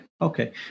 okay